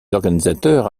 organisateurs